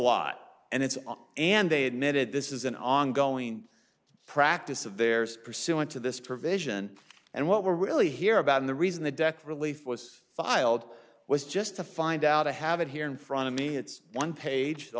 lot and it's and they admitted this is an ongoing practice of theirs pursuant to this provision and what we're really here about and the reason the debt relief was filed was just to find out i have it here in front of me it's one page the